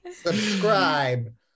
Subscribe